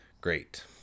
great